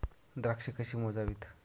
द्राक्षे कशी मोजावीत?